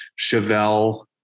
Chevelle